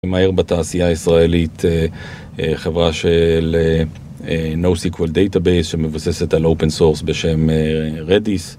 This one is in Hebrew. מהר בתעשייה הישראלית חברה של NoSQL Database שמבוססת על Open Source בשם Redis